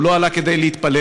הוא לא עלה כדי להתפלל,